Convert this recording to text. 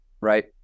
right